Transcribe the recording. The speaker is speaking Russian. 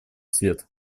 свет